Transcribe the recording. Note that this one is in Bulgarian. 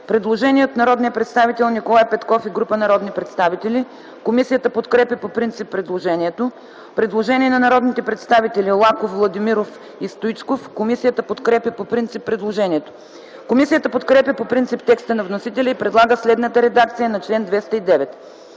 предложение от народния представител Николай Петков и група народни представители. Комисията подкрепя по принцип предложението. Предложение на народните представители Лаков, Владимиров и Стоичков. Комисията подкрепя по принцип предложението. Комисията подкрепя по принцип текста на вносителя и предлага следната редакция на чл. 209: